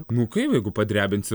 nu kaip jeigu padrebinsi